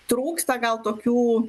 trūksta gal tokių